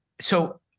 So-